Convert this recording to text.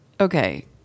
Okay